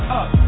up